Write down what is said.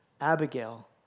Abigail